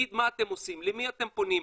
תגיד מה אתם עושים, למי אתם פונים,